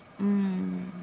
mm